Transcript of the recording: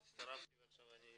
אני הצטרפתי ועכשיו אני